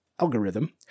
algorithm